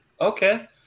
Okay